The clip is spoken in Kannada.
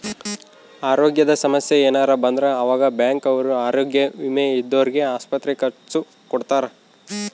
ಅರೋಗ್ಯದ ಸಮಸ್ಸೆ ಯೆನರ ಬಂದ್ರ ಆವಾಗ ಬ್ಯಾಂಕ್ ಅವ್ರು ಆರೋಗ್ಯ ವಿಮೆ ಇದ್ದೊರ್ಗೆ ಆಸ್ಪತ್ರೆ ಖರ್ಚ ಕೊಡ್ತಾರ